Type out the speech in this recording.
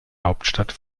hauptstadt